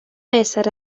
ésser